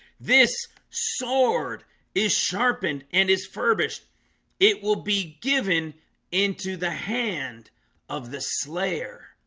this sword is sharpened and is furbished it will be given into the hand of the slayer